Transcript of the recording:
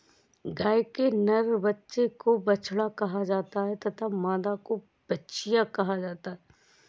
गाय के नर बच्चे को बछड़ा कहा जाता है तथा मादा को बछिया कहा जाता है